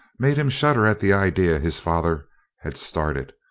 made him shudder at the idea his father had started,